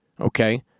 okay